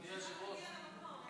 היא צריכה להגיע למקום.